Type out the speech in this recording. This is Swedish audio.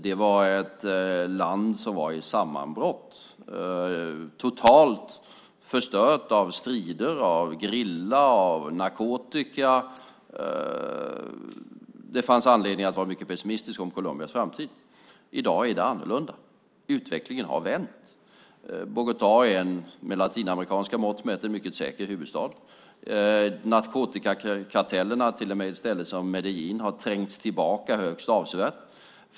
Det var ett land som var i sammanbrott, totalt förstört av strider, gerilla och narkotika. Det fanns anledning att vara mycket pessimistisk om Colombias framtid. I dag är det annorlunda. Utvecklingen har vänt. Bogotá är med latinamerikanska mått mätt en mycket säker huvudstad. Narkotikakartellerna, till och med på ett ställe som Medellín, har trängts tillbaka högst avsevärt.